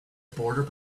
border